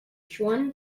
joan